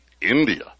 India